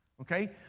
okay